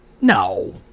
no